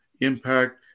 Impact